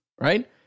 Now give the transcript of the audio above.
right